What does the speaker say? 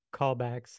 callbacks